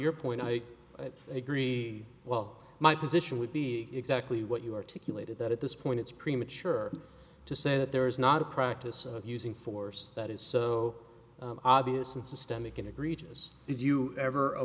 your point i agree well my position would be exactly what you articulated that at this point it's premature to say that there is not a practice of using force that is so obvious and systemic in the greta's if you ever